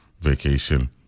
vacation